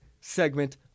segment